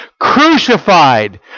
crucified